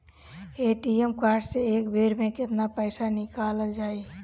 ATM card से एक बेर मे केतना पईसा निकल जाई?